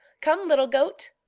come, little goat.